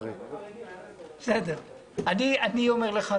אדוני היושב-ראש,